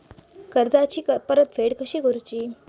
कर्जाची परतफेड कशी करूची?